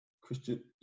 Christian